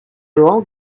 wrong